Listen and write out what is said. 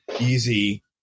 easy